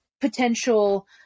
potential